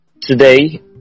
today